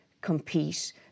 compete